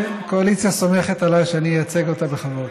כן, הקואליציה סומכת עליי שאני אייצג אותה בכבוד.